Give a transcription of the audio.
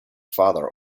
father